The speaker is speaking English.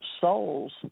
souls